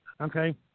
okay